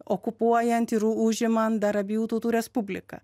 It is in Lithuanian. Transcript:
okupuojant ir užimant dar abiejų tautų respubliką